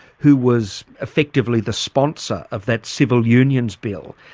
who was effectively the sponsor of that civil unions bill,